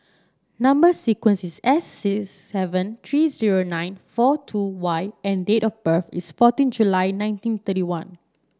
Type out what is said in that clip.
number sequence is S six seven three zero nine four two Y and date of birth is fourteen July nineteen thirty one